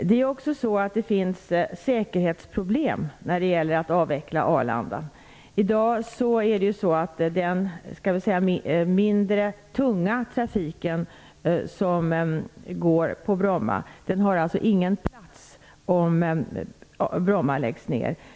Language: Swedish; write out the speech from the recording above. Det finns också säkerhetsproblem när det gäller att avveckla Arlanda. Den mindre tunga trafik som i dag går på Bromma har ingen plats om Bromma läggs ned.